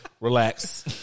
relax